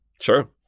Sure